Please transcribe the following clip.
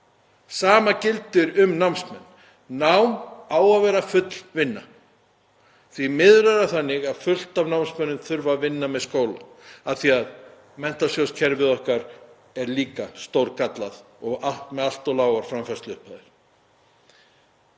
sama gildir um námsmenn. Nám á að vera full vinna. Því miður þarf fullt af námsmönnum að vinna með skóla af því að menntakerfið okkar er líka stórgallað og með allt of lágar framfærsluupphæðir